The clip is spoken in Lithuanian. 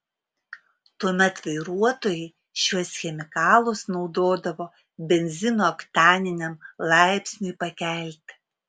tuomet vairuotojai šiuos chemikalus naudodavo benzino oktaniniam laipsniui pakelti